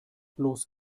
los